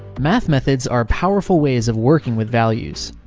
math methods are powerful ways of working with values.